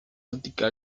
óptica